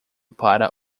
para